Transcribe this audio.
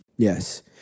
Yes